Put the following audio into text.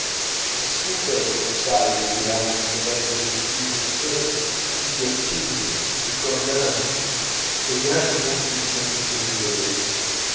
le stufe colossali le piramidi nere di bottiglie sferiche i pattini i cordami e i grandi mucchi di fiammiferi svedesi